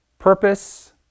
purpose